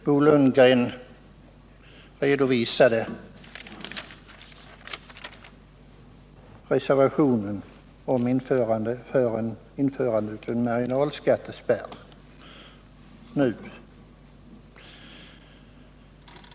Bo Lundgren redovisade reservationen om införandet av en marginalskattespärr.